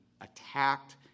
attacked